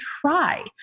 try